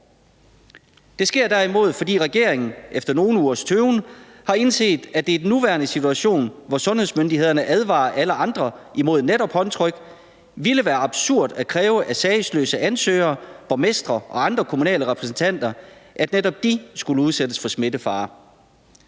Det sker derimod, fordi regeringen efter nogle ugers tøven har indset, at det i den nuværende situation, hvor sundhedsmyndighederne advarer alle andre mod netop håndtryk, ville være absurd at kræve, at sagesløse ansøgere, borgmestre og andre kommunale repræsentanter skulle udsættes for smittefare.